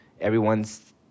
everyone's